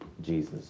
Jesus